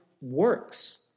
works